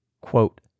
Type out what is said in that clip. Quote